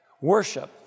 worship